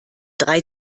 drei